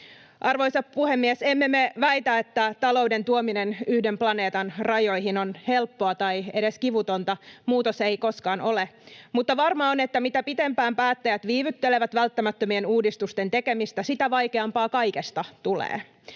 Arvoisa puhemies! Emme me väitä, että talouden tuominen yhden planeetan rajoihin on helppoa tai edes kivutonta, muutos ei koskaan ole, mutta varmaa on, että mitä pitempään päättäjät viivyttelevät välttämättömien uudistusten tekemistä, sitä vaikeampaa kaikesta tulee.